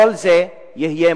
כל זה יופסק,